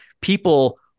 people